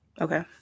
Okay